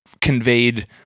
conveyed